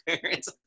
parents